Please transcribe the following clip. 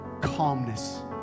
calmness